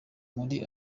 muri